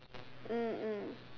mm mm